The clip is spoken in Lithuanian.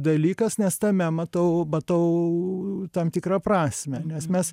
dalykas nes tame matau matau tam tikrą prasmę nes mes